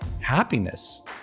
happiness